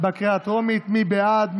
מי בעד?